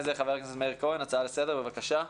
לפני כן, חבר הכנסת מאיר כהן, הצעה לסדר, בבקשה.